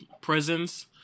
prisons